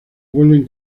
vuelven